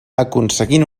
aconseguint